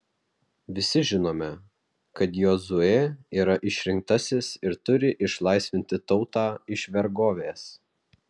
visi žinome kad jozuė yra išrinktasis ir turi išlaisvinti tautą iš vergovės